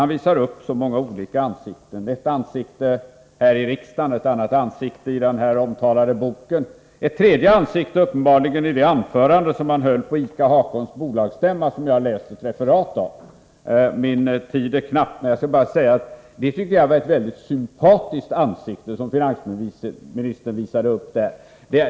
Han visar upp så många olika ansikten: ett ansikte här i riksdagen, ett annat ansikte i den omtalade boken och uppenbarligen ett tredje ansikte i det anförande som han höll på ICA-Hakons bolagsstämma som jag har läst ett referat av. Det var ett mycket sympatiskt ansikte som finansministern visade upp där.